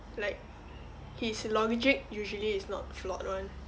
like his logic usually is not flawed [one]